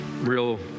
real